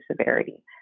severity